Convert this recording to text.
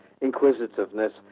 inquisitiveness